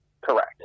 Correct